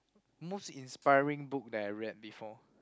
most inspiring book that I read before